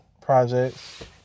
projects